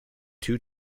two